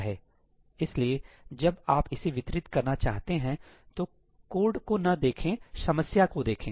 इसलिए जब आप इसे वितरित करना चाहते हैं तो कोड को न देखेंसमस्या को देखें